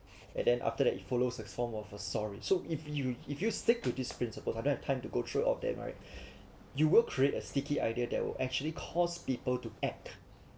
and then after that you follow some form of a sorry so if you if you stick to these principles I don't have time to go through of them right you will create a sticky idea that will actually cause people to act